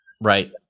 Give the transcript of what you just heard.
Right